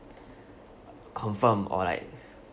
confirmed or like